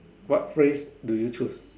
what phrase do you choose